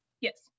yes